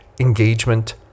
engagement